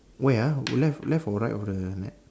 where ah left left or right of the net